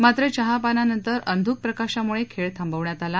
मात्र चहापानानंतर अंधुक प्रकाशामुळे खेळ थांबवण्यात आला